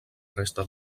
resta